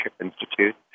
Institute